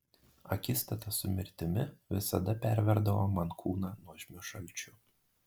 akistata su mirtimi visada perverdavo man kūną nuožmiu šalčiu